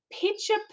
picture